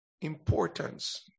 importance